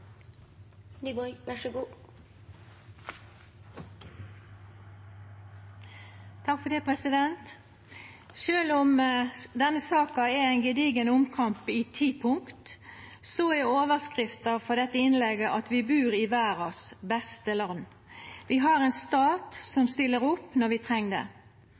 ein gedigen omkamp i ti punkt, er overskrifta på dette innlegget at vi bur i verdas beste land. Vi har ein stat som stiller opp når vi treng det.